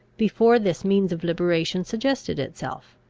before this means of liberation suggested itself.